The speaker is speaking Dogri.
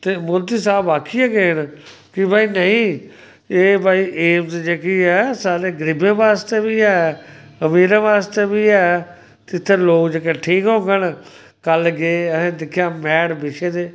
ते मोदी साह्ब आखियै गे न कि भाई नेईं एह् भाई एम्स जेह्की ऐ साढ़े गरीबें बास्तै बी ऐ अमीरें बास्तै बी ऐ इत्थै लोग जेह्के ठीक होङन कल्ल गै असें दिक्खेआ मैट बिछे दे